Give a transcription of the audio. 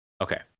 Okay